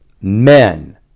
Men